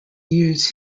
years